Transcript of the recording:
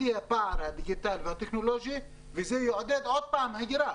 יהיה הפער הדיגיטלי והטכנולוגי וזה יעודד שוב הגירה